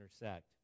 intersect